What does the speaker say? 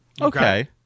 Okay